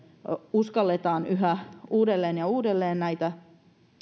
uskalletaan yhä uudelleen ja uudelleen näitä